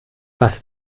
was